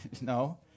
No